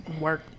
work